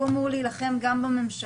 והוא אמור להילחם גם בממשלה,